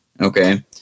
okay